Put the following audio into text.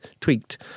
tweaked